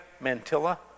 mantilla